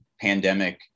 pandemic